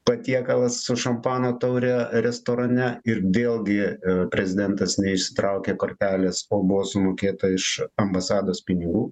patiekalas su šampano taure restorane ir vėl gi prezidentas neišsitraukė kortelės o buvo sumokėta iš ambasados pinigų